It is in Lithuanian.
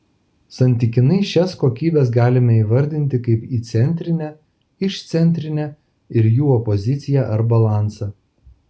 santykinai šias kokybes galime įvardinti kaip įcentrinę išcentrinę ir jų opoziciją ar balansą